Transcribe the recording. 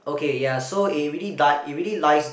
okay ya so it really doe~ it really lies